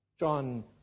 John